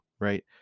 right